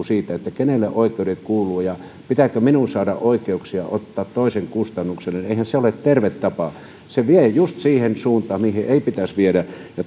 siitä kenelle oikeudet kuuluvat ja pitääkö minun saada oikeuksia ottaa toisen kustannuksella eihän se ole terve tapa se vie juuri siihen suuntaan mihin ei pitäisi viedä